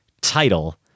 title